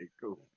cool